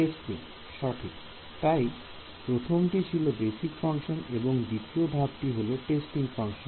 testing সঠিক তাই প্রথমটি ছিল বেসিক ফাংশন এবং দ্বিতীয় ধাপটি হল টেস্টিং ফাংশন